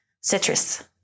citrus